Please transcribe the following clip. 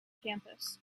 campus